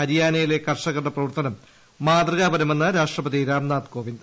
ഹരിയാനയിലെ കർഷകരുട്ടെ പ്രവർത്തനം മാതൃകാപരമെന്ന് രാഷ്ട്രപതി രാംനാഥ് കോപ്പിന്ദ്